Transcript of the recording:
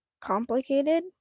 complicated